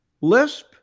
LISP